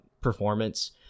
performance